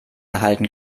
erhalten